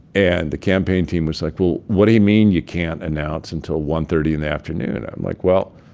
and the campaign team was like, well, what do you mean you can't announce until one thirty in the afternoon? and i'm like, well,